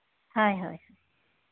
ᱦᱳᱭ ᱦᱳᱭ